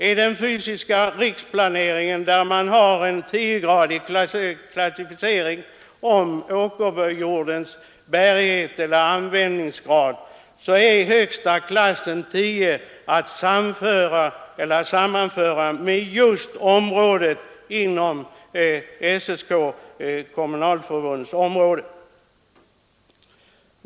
I den fysiska riksplaneringen, där det sker en klassificering av åkerjordens bärighet, har högsta siffran i den tiogradiga skalan åsatts just jordbruksmarken inom SSK-området.